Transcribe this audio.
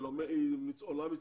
שעולה מצרפת,